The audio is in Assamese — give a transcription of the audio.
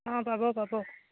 অঁ পাব পাব